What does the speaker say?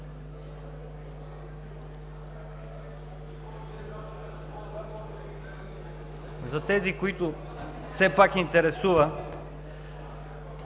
За тези, които все пак ги интересува